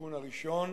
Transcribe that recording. התיקון הראשון,